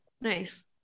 nice